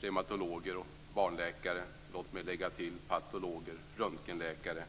reumatologer och barnläkare redan nämnts. Låt mig lägga till patologer och röntgenläkare.